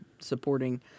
supporting